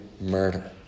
murder